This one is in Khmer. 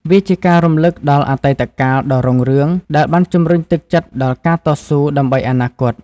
វាជាការរំលឹកដល់អតីតកាលដ៏រុងរឿង ដែលបានជំរុញទឹកចិត្តដល់ការតស៊ូដើម្បីអនាគត។